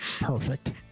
Perfect